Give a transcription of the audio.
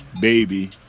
baby